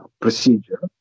procedure